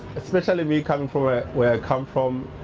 especially me coming from where i come from,